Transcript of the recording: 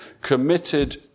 committed